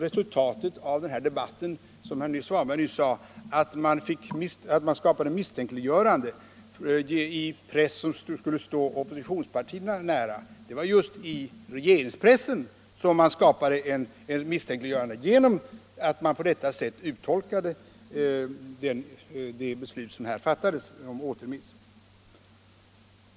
Resultatet av debatten var således inte, som herr Svanberg nyss påstod, att man kom med misstänkliggöranden i den press som står oppositionspartierna nära. Det var just herr Svanberg och regeringspressen som kom med misstänkliggörandet genom att på detta sätt uttolka det beslut om återremiss som riksdagen fattat.